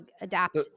adapt